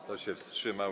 Kto się wstrzymał?